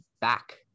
back